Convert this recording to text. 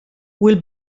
will